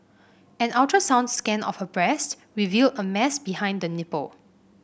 an ultrasound scan of her breast revealed a mass behind the nipple